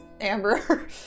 Amber